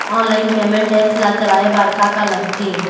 Online payment apps ला चलाए बार का का लगथे?